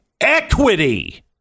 equity